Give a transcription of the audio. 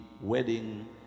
wedding